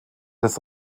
des